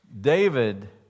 David